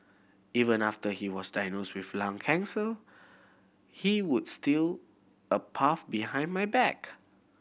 even after he was diagnosed with lung cancer he would steal a puff behind my back